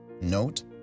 Note